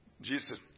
Jesus